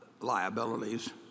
liabilities